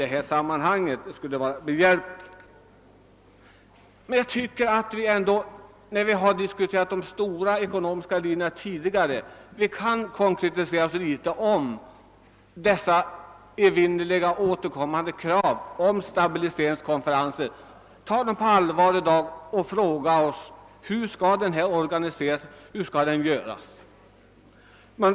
Jag tycker att man ändå skulle kunna konkretisera sig litet mera. De stora ekonomiska linjerna har vi diskuterat tidigare, men om vi i dag skulle ta dessa evinnerliga krav om en stabiliseringskonferens på allvar, måste vi fråga oss: Hur skall denna stabiliseringskonferens organiseras?